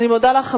אני מודה לך,